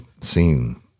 seen